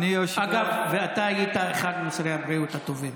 אגב, אתה היית אחד משרי הבריאות הטובים.